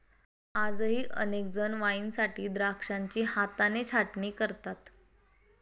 आजही अनेक जण वाईनसाठी द्राक्षांची हाताने छाटणी करतात